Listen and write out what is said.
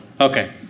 Okay